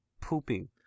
pooping